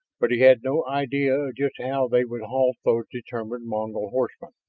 but he had no idea of just how they would halt those determined mongol horsemen.